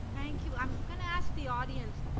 thank you, i'm going to ask the audience,